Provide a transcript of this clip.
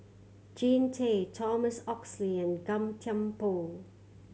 Jean Tay Thomas Oxley and Gan Thiam Poh